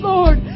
Lord